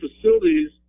facilities